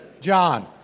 John